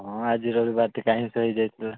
ହଁ ଆଜି ରବିବାର ଟିକେ ଆଇଁଷ ହୋଇଯାଇଥିଲା